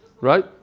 Right